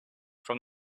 from